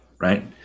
right